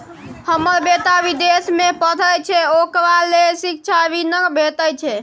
हमर बेटा विदेश में पढै छै ओकरा ले शिक्षा ऋण भेटतै?